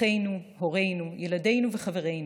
אחינו, הורינו, ילדינו וחברינו